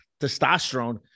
testosterone